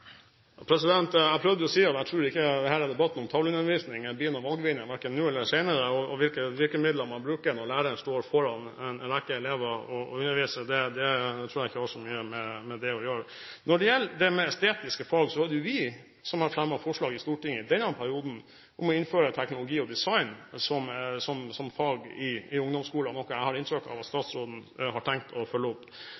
Jeg prøvde å si at jeg tror ikke at denne debatten om tavleundervisning blir noen valgvinner – verken nå eller senere. Hvilke virkemidler læreren bruker når man står framfor en rekke elever og underviser, tror jeg ikke har så mye med dette å gjøre. Når det gjelder estetiske fag, er det vi som har fremmet forslag i Stortinget denne perioden om å innføre teknologi og design som fag i ungdomsskolen – noe jeg har inntrykk av at